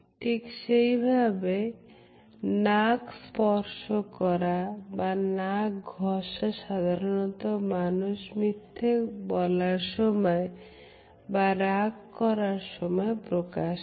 ঠিক সেইভাবে নাক স্পর্শ করা বা নাক ঘষা সাধারণত মানুষ মিথ্যে বলার সময় বা রাগ করার সময় প্রকাশ করে